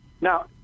Now